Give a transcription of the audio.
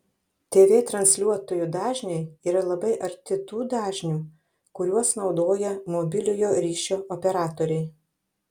tv transliuotojų dažniai yra labai arti tų dažnių kuriuos naudoja mobiliojo ryšio operatoriai